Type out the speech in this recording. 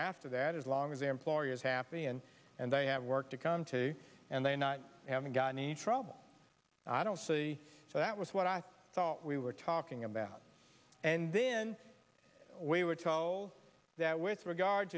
after that as long as the employer is happy and and they have work to come to and they not haven't got any trouble i don't see so that was what i thought we were talking about and then we were told that with regard